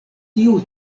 tiu